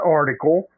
article